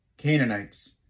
Canaanites